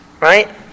Right